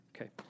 Okay